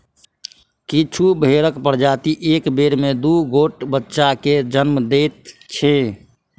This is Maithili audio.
किछु भेंड़क प्रजाति एक बेर मे दू गोट बच्चा के जन्म दैत छै